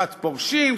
קצת פורשים,